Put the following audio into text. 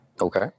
okay